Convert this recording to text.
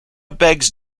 begs